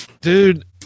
dude